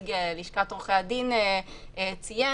שנציג לשכת עוה"ד ציין,